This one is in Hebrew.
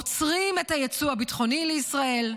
עוצרים את היצוא הביטחוני לישראל,